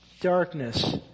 darkness